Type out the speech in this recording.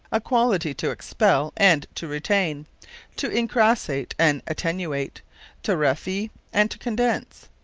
a quality to expell, and to retaine to incrassate, and attenuate to rarifie, and to condense.